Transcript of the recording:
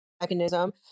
Mechanism